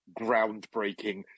groundbreaking